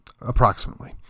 approximately